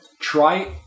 Try